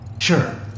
Sure